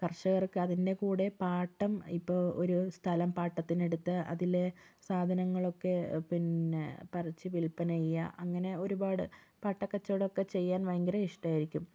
കർഷകർക്ക് അതിൻ്റെ കൂടെ പാട്ടം ഇപ്പോൾ ഒരു സ്ഥലം പാട്ടത്തിനെടുത്ത് അതിലെ സാധനങ്ങളൊക്കെ പിന്നെ പറിച്ചു വിൽപ്പന ചെയ്യാം അങ്ങനെ ഒരുപാട് പാട്ട കച്ചവടം ഒക്കെ ചെയ്യാൻ ഭയങ്കര ഇഷ്ടമായിരിക്കും